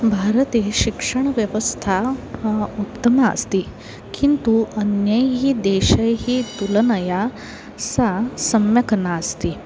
भारते शिक्षणव्यवस्था उत्तमा अस्ति किन्तु अन्यैः देशैः तुलनया सा सम्यक् नास्ति